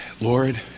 Lord